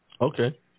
Okay